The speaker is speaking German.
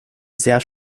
sehr